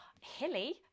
hilly